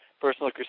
personal